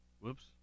Whoops